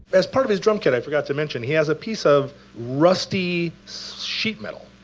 as part of his drum kit, i forgot to mention, he has a piece of rusty sheet metal